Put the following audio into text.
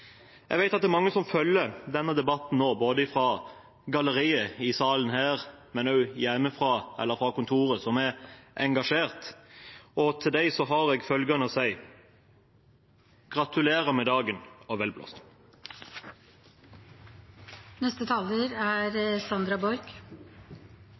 Jeg vet at det er mange som følger denne debatten nå, både fra galleriet i salen her og også hjemmefra eller fra kontoret, som er engasjert, og til dem har jeg følgende å si: Gratulerer med dagen og vel blåst! Øystesevassdraget har uten tvil særskilte kvaliteter knyttet til landskap og friluftsliv. Øystesevassdraget er